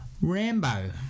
Rambo